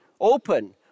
open